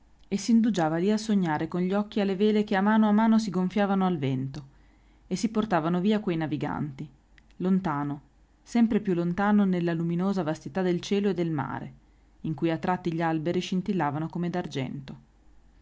e s'indugiava lì a sognare con gli occhi alle vele che a mano a mano si gonfiavano al vento e si portavano via quei naviganti lontano sempre più lontano nella luminosa vastità del cielo e del mare in cui a tratti gli alberi scintillavano come